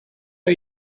are